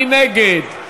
מי נגד?